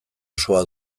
osoa